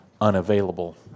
unavailable